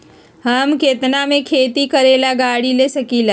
हम केतना में खेती करेला गाड़ी ले सकींले?